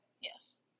Yes